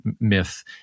myth